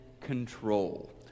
control